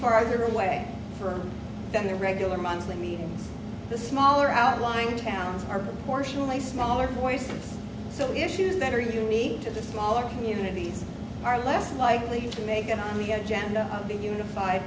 farther away from the regular monthly meetings the smaller outlying towns are partially smaller voices so issues that are unique to the smaller communities are less likely to make it on the agenda of the unified